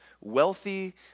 wealthy